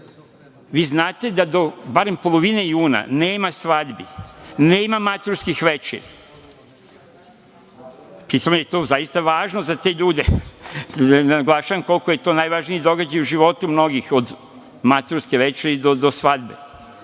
Vi znate da barem do polovine juna nema svadbi, nema maturskih večeri. Pri tome, to je veoma važno za te ljude. Naglašavam koliko je to najvažniji događaj u životu mnogih, od maturske večeri do svadbe,